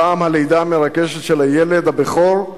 פעם הלידה המרגשת של הילד הבכור,